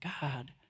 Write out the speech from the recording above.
God